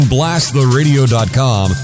BlastTheRadio.com